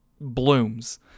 blooms